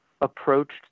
Approached